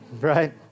Right